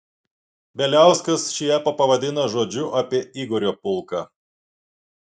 bieliauskas šį epą pavadina žodžiu apie igorio pulką